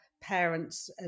parents